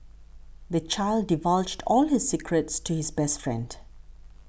the child divulged all his secrets to his best friend